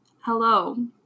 hello